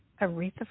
aretha